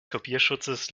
kopierschutzes